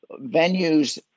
venues